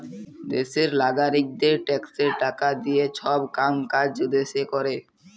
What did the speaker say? দ্যাশের লাগারিকদের ট্যাক্সের টাকা দিঁয়ে ছব কাম কাজ দ্যাশে ক্যরে